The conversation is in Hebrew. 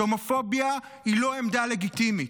שהומופוביה היא לא עמדה לגיטימית,